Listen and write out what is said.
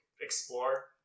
explore